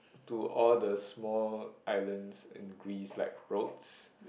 to all the small islands in Greece like